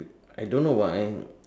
I don't know why